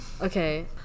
Okay